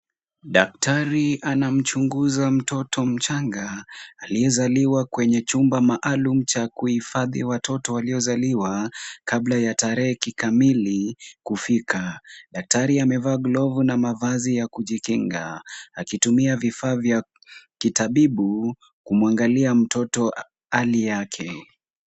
Daktari anamchunguza mtoto mchanga, aliyezaliwa kwenye chumba maalum cha kuhifadhi watoto, waliozaliwa kabla ya tarehe kikamili kufika. Daktari amevaa glovu na mavazi ya kujikinga, akitumia vifaa vya kitabibu kumwangalia mtoto hali yake.